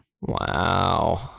Wow